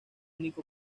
único